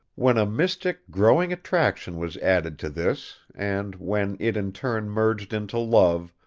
when a mystic growing attraction was added to this and when it in turn merged into love,